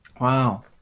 wow